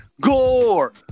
Gore